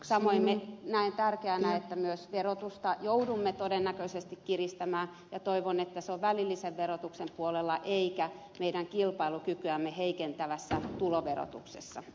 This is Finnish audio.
samoin näen tärkeänä että myös verotusta joudumme todennäköisesti kiristämään ja toivon että se on välillisen verotuksen puolella eikä meidän kilpailukykyämme heikentävässä tuloverotuksessa